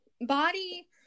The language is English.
body